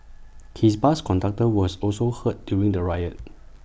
his bus conductor was also hurt during the riot